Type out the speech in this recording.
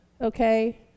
Okay